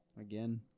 Again